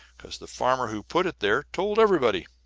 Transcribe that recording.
because the farmer who put it there told everybody,